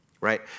right